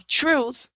truth